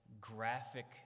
graphic